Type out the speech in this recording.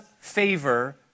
favor